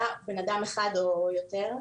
אחד או יותר,